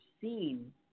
seen